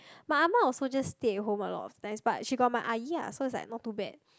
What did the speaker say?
my Ah Ma also just stay at home a lot of times but she got my Ah-Yi lah so it's like not too bad